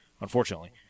unfortunately